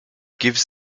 gives